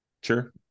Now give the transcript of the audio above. Sure